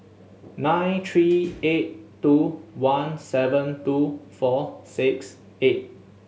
nine three eight two one seven two four six eight